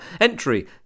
Entry